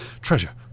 treasure